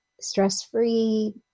stress-free